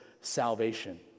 salvation